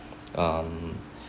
um